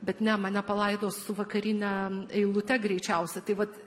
bet ne mane palaidos su vakarine eilute greičiausia tai vat